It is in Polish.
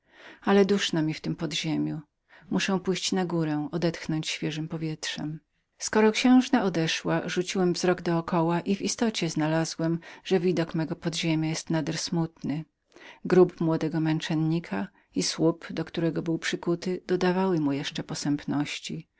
ale duszno mi w tem podziemiu muszę pójść na górę odetchnąć świeżem powietrzem skoro księżna odeszła rzuciłem wzrok do koła i w istocie znalazłem że widok mego podziemia był nader smutnym grób młodego męczennika i słup do którego był przywiązany dodawały jeszcze posępności